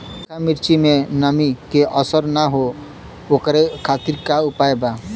सूखा मिर्चा में नमी के असर न हो ओकरे खातीर का उपाय बा?